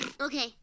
Okay